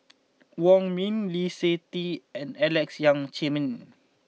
Wong Ming Lee Seng Tee and Alex Yam Ziming